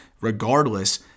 regardless